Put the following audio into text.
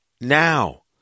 now